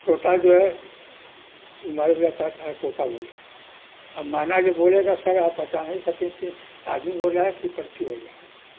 طوطا جو ہے یہ معلوم دیتا ہے کا ہے طوطا بول رہا ہے اب مینا جو بولے گا سر آپ بتا نہیں سکیں کہ آدمی بول رہا ہے کہ پنچھی بول رہا ہے